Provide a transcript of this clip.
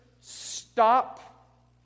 stop